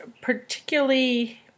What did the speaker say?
particularly